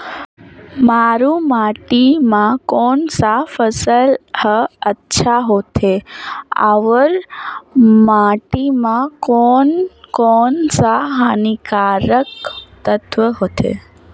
मारू माटी मां कोन सा फसल ह अच्छा होथे अउर माटी म कोन कोन स हानिकारक तत्व होथे?